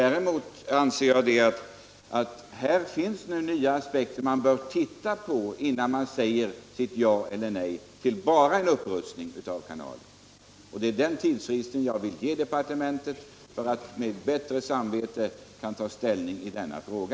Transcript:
Däremot anser jag att här finns nya aspekter, som man bör överväga innan man säger sitt ja eller sitt nej till bara en upprustning av kanalen. Det är den tidsfristen jag vill ge departementet — för att med bättre samvete senare kunna ta ställning i denna fråga.